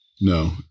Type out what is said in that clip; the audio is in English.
No